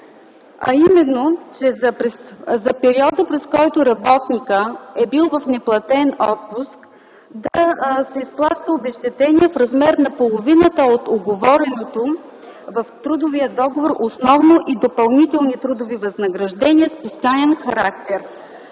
партньори. За периода, през който работникът е бил в неплатен отпуск, да се изплаща обезщетение в размер на половината от договореното в трудовия договор основно и допълнителни трудови възнаграждения със случаен характер.